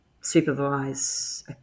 supervise